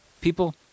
people